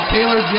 Taylor